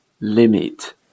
limit